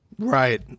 Right